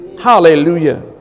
Hallelujah